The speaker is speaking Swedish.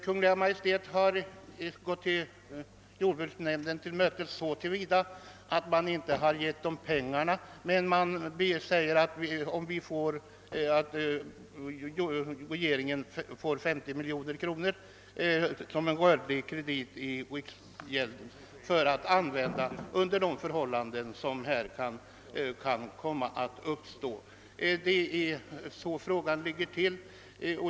Kungl. Maj:t har visserligen inte anslagit detta belopp men har gått jordbruksnämnden till mötes så till vida att man anslår 50 miljoner till en rörlig kredit att användas för detta ändamål. Det är så det ligger till.